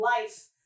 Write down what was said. life